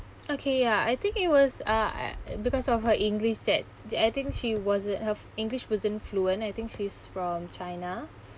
okay ya I think it was uh I because of her english that I think she wasn't her f~ english wasn't fluent I think she's from china